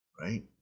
Right